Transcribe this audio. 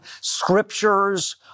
scriptures